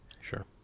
Sure